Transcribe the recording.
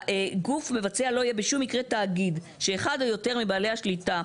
"גוף מבצע לא יהיה בשום מקרה תאגיד שאחד או יותר מבעלי השליטה,